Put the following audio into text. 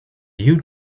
you